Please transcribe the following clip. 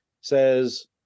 says